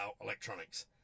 electronics